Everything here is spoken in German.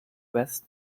west